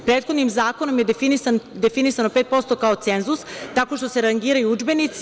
Prethodnim zakonom je definisano 5% kao cenzus tako što se rangiraju udžbenici.